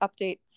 update